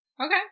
Okay